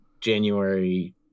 January